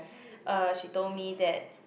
uh she told me that